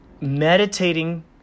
meditating